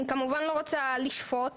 אני כמובן לא רוצה לשפוט